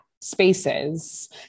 spaces